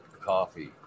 coffee